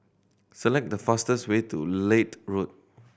select the fastest way to Leith Road